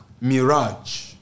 Mirage